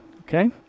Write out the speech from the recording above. Okay